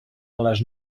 les